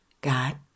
God